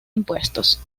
impuestos